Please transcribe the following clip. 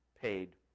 paid